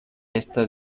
esta